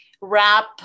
wrap